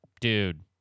Dude